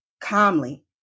calmly